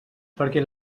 perquè